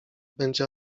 będzie